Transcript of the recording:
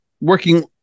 working